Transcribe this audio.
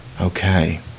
Okay